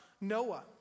Noah